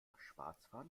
schwarzfahren